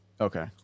Okay